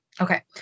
Okay